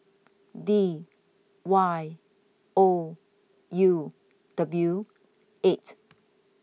D Y O U W eight